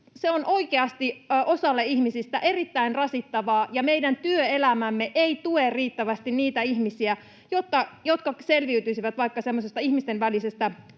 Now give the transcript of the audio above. se on oikeasti osalle ihmisistä erittäin rasittavaa. Meidän työelämämme ei tue riittävästi niitä ihmisiä, jotka selviytyisivät vaikka semmoisesta